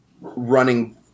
running